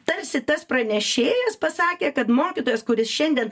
tarsi tas pranešėjas pasakė kad mokytojas kuris šiandien